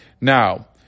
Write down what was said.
Now